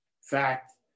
Fact